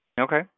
Okay